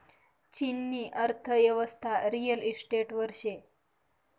चीननी अर्थयेवस्था रिअल इशटेटवर शे